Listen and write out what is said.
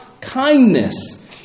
kindness